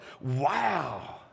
Wow